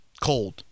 Cold